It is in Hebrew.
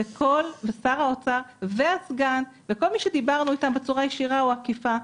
שר האוצר והסגן וכל מי שדיברנו אתו בצורה ישירה או עקיפה,